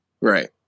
Right